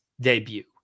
debut